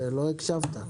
לא הקשבת.